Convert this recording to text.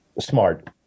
Smart